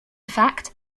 fact